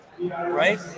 right